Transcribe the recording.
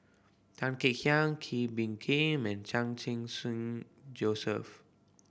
Tan Kek Hiang Kee Bee Khim and Chan Sing Soon Joseph